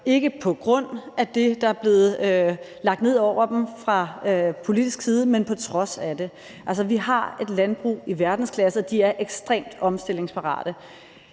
ikke på grund af det, der er blevet lagt ned over det fra politisk side, men på trods af det. Altså, vi har et landbrug i verdensklasse, og der er man ekstremt omstillingsparate.